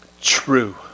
true